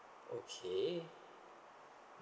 okay